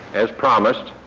as promised,